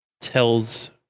tells